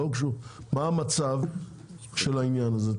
לא הוגשו מה המצב של העניין הזה?